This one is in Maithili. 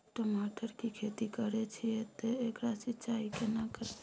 टमाटर की खेती करे छिये ते एकरा सिंचाई केना करबै?